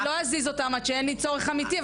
לא, אני לא אזיז אותם עד שאין ליי צורך אמיתי.